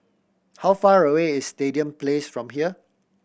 how far away is Stadium Place from here